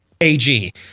AG